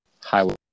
Highway